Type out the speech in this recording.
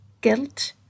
guilt